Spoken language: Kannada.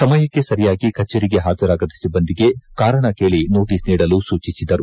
ಸಮಯಕ್ಕೆ ಸರಿಯಾಗಿ ಕಜೇರಿಗೆ ಹಾಜರಾಗದ ಸಿಬ್ಬಂದಿಗೆ ಕಾರಣ ಕೇಳಿ ನೋಟಸ್ ನೀಡಲು ಸೂಚಿಸಿದರು